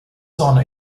sauna